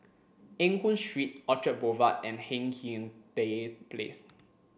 Eng Hoon Street Orchard Boulevard and Hindhede Place